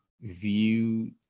view